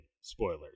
Spoilers